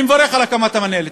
אני מברך על הקמת המינהלת,